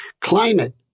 Climate